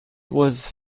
was